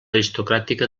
aristocràtica